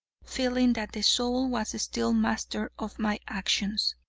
feeling that the soul was still master of my actions.